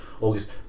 August